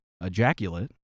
ejaculate